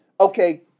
Okay